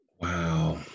Wow